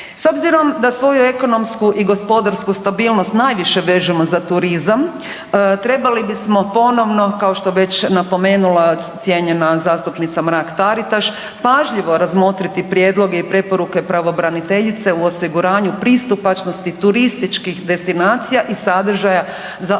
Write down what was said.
S obzirom da svoju ekonomsku i gospodarsku stabilnost najviše vežemo za turizam trebali bismo ponovno kao što je već napomenula cijenjena zastupnica Mrak Taritaš pažljivo razmotriti prijedloge i preporuke pravobraniteljice u osiguranju pristupačnosti turističkih destinacija i sadržaja za osobe